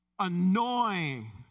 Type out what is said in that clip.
annoying